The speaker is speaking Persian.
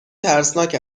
ترسناک